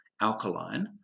alkaline